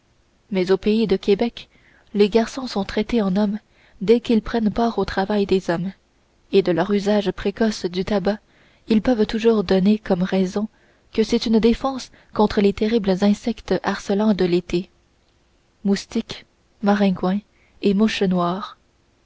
mais au pays de québec les garçons sont traités en hommes dès qu'ils prennent part au travail des hommes et de leur usage précoce du tabac ils peuvent toujours donner comme raison que c'est une défense contre les terribles insectes harcelants de l'été moustiques maringouins et mouches noires